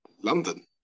London